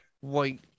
White